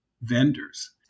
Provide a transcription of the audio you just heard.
vendors